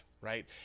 right